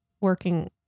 working